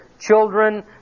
children